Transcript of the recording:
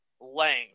Lang